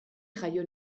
jaio